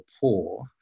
poor